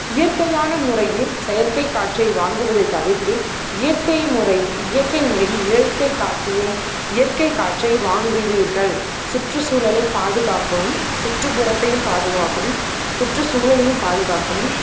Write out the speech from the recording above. இயற்கையான முறையில் செயற்கை காற்றை வாங்குவதை தவிர்த்து இயற்கை முறை இயற்கை முறை இயற்கை காத்துவோம் இயற்கை காற்றை வாங்குவீர்கள் சுற்று சூழலை பாதுகாக்கணும் சுற்றுப்புறத்தையும் பாதுகாக்கணும் சுற்றுச்சூழலையும் பாதுகாக்கணும்